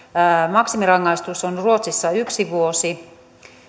maksimirangaistus on ruotsissa yksi vuosi